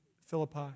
Philippi